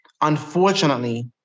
unfortunately